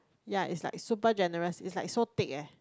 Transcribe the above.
ya it's like super generous it's like so thick eh